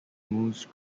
moose